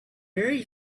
very